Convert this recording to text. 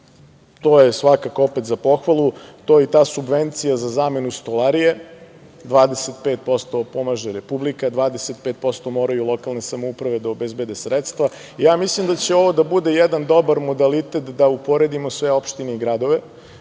to je svakako opet za pohvalu, to je ta subvencija za zamenu stolarije, 25% pomaže Republika, 25% moraju lokalne samouprave da obezbede sredstva. Mislim da će ovo da bude jedan dobar modalitet da uporedimo sve opštine i gradove,